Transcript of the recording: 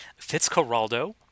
Fitzcarraldo